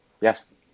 Yes